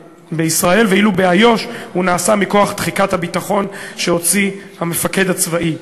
ואילו באיו"ש הוא נעשה מכוח תחיקת הביטחון לפי צו שהוציא המפקד הצבאי.